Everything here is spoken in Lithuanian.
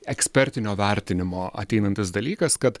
ekspertinio vertinimo ateinantis dalykas kad